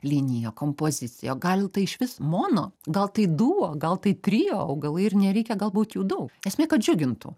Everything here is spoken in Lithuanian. linija kompozicija o gal tai išvis mono gal tai duo gal tai trio augalai ir nereikia galbūt jų daug esmė kad džiugintų